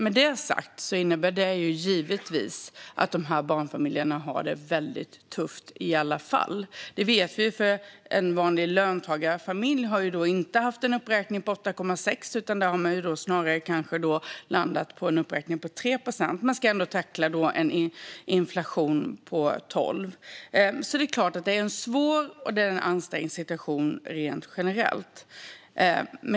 Med detta sagt har barnfamiljerna det mycket tufft i alla fall. Detta vet vi därför att en vanlig löntagarfamilj inte har fått en uppräkning på 8,6, utan där har det snarare landat på en uppräkning på 3 procent. Men den familjen ska ändå tackla en inflation på 12 procent. Det är en svår och ansträngd situation rent generellt.